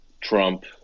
Trump